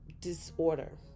disorder